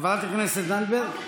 חברת הכנסת זנדברג.